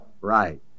Right